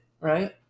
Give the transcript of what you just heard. right